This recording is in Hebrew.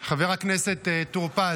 חבר הכנסת טור פז,